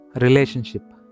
Relationship